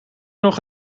nog